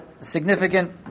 significant